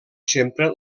sempre